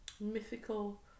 mythical